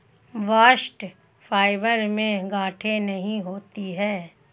bast fibre में गांठे नहीं होती है